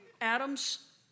Adam's